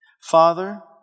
Father